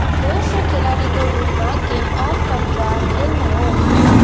दोस्रो खेलाडीको रूपमा गेम अफ् कन्ट्रा खेल्नुहोस्